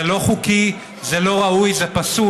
זה לא חוקי, זה לא ראוי, זה פסול.